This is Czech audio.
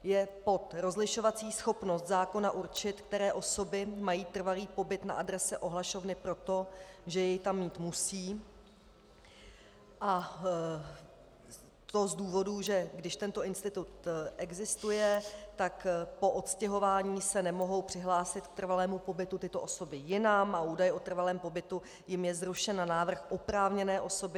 Je pod rozlišovací schopností zákona určit, které osoby mají trvalý pobyt na adrese ohlašovny proto, že jej tam mít musí, a to z důvodu, že když tento institut existuje, tak po odstěhování se nemohou přihlásit k trvalému pobytu tyto osoby jinam a údaj o trvalém pobytu jim je zrušen na návrh oprávněné osoby.